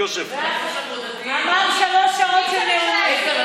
שלוש שעות של נאומים.